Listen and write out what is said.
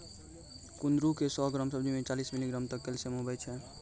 कुंदरू के सौ ग्राम सब्जी मे चालीस मिलीग्राम तक कैल्शियम हुवै छै